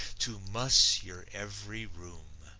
to muss your ev'ry room.